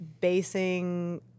basing